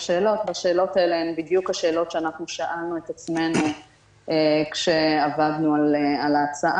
השאלות האלה הן בדיוק השאלות ששאלנו את עצמנו כשעבדנו על ההצעה